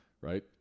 right